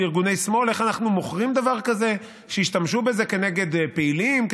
ארגוני שמאל איך אנחנו מוכרים דבר כזה שישתמשו בו כנגד פעילים,